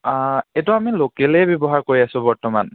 এইটো আমি লোকেলেই ব্যৱহাৰ কৰি আছোঁ বৰ্তমান